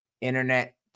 Internet